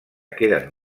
queden